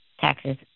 taxes